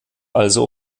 also